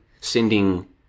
Sending